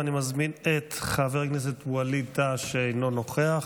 אני מזמין את חבר הכנסת ווליד טאהא, אינו נוכח,